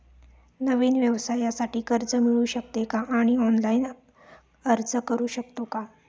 नवीन व्यवसायासाठी कर्ज मिळू शकते का आणि ऑनलाइन अर्ज करू शकतो का?